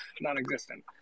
non-existent